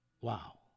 Wow